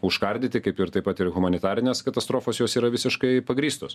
užkardyti kaip ir taip pat ir humanitarinės katastrofos jos yra visiškai pagrįstos